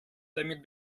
damit